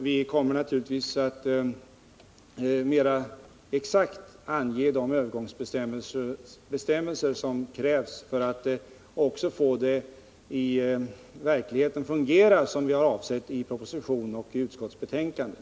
Vi kommer naturligtvis att mera exakt ange de övergångsbestämmelser som krävs för att vi också skall få det att fungera i verkligheten som avses i propositionen och i utskottsbetänkandet.